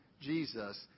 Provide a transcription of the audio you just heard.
Jesus